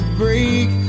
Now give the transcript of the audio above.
break